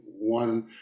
one